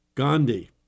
Gandhi